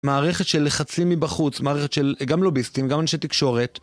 מערכת של לחצים מבחוץ, מערכת של גם לוביסטים, גם אנשי תקשורת.